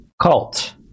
Cult